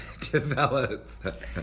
develop